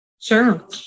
Sure